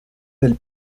del